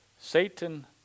Satan